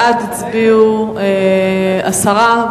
בעד הצביעו עשרה,